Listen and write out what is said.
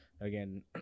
again